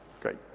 Great